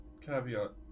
caveat